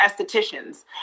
estheticians